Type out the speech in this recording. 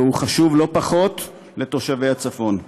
והוא חשוב לא פחות לתושבי הצפון.